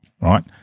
right